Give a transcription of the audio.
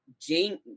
Jane